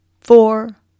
four